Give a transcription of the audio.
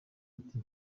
ati